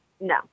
No